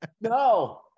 No